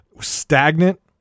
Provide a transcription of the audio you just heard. stagnant